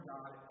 God